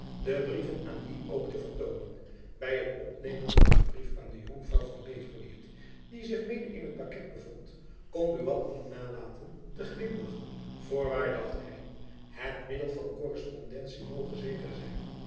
de brieven aan wien ook te vertoonen by het opnemen van een brief aan de jonkvrouw van beverweert die zich mede in t paket bevond kon buat niet nalaten te glimlachen voorwaar dacht hy het middel van korrespondentie moge zeker zijn